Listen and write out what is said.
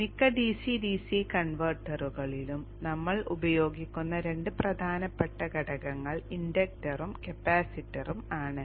മിക്ക DC DC കൺവെർട്ടറുകളിലും നമ്മൾ ഉപയോഗിക്കുന്ന രണ്ട് പ്രധാനപ്പെട്ട ഘടകങ്ങൾ ഇൻഡക്റ്ററും കപ്പാസിറ്ററും ആണ്